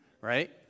right